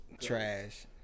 Trash